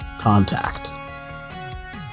contact